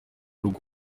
rugo